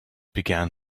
began